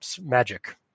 magic